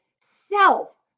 self